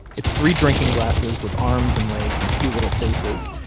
it's three drinking glasses with arms and legs and cute little faces,